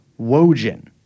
Wojin